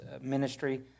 ministry